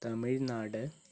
Tamil Nadu